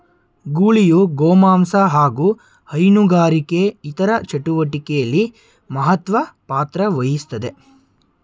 ಗೂಳಿಯು ಗೋಮಾಂಸ ಹಾಗು ಹೈನುಗಾರಿಕೆ ಇತರ ಚಟುವಟಿಕೆಲಿ ಮಹತ್ವ ಪಾತ್ರವಹಿಸ್ತದೆ